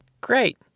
Great